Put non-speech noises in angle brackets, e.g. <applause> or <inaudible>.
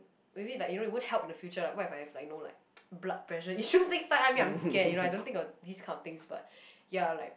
maybe like you know it would help in the future what if I have know like <noise> blood pressure issues next time I mean I'm scared I don't think I'll have this kind of thing ya like